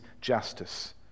justice